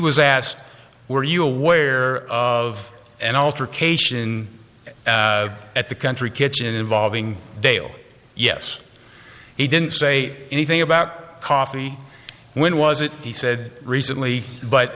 was asked were you aware of and altercation at the country kitchen involving dale yes he didn't say anything about coffee when was it he said recently but